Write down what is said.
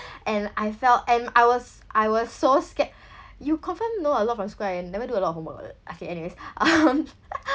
and I felt and I was I was so scared you confirm know a lot from school I never do a lot of homework okay anyways